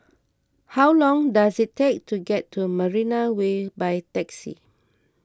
how long does it take to get to Marina Way by taxi